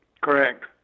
Correct